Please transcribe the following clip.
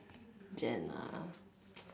Jen ah